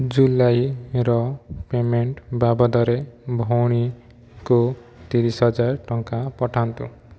ଜୁଲାଇର payment ବାବଦରେ ଭଉଣୀଙ୍କୁ ତିରିଶ ହଜାର ଟଙ୍କା ପଠାନ୍ତୁ